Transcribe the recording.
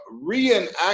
reenact